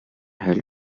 held